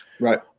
Right